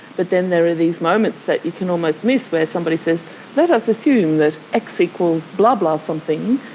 but then there are these moments that you can almost miss where somebody says let us assume that x equals blah blah something,